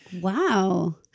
Wow